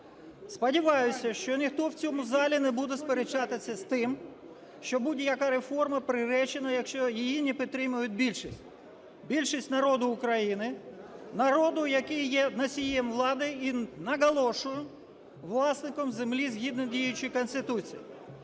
сподіваюсь, що ніхто в цьому залі не буде сперечатися з тим, що будь-яка реформа приречена, якщо її не підтримує більшість. Більшість народу України, народу, який є носієм влади, і наголошую, власником землі, згідно діючої Конституції.